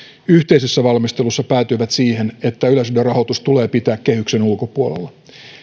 yhteisessä valmistelussa päätyivät siihen että yleisradion rahoitus tulee pitää kehyksen ulkopuolella